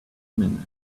minute